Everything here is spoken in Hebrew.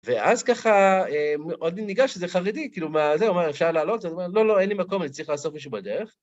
ואז ככה עוד ניגש איזה חרדי, כאילו מה זה אומר, אפשר לעלות? לא, לא, אין לי מקום, אני צריך לאסוף מישהו בדרך.